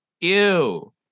ew